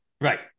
Right